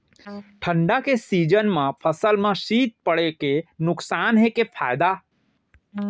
ठंडा के सीजन मा फसल मा शीत पड़े के नुकसान हे कि फायदा?